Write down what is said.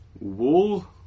Wool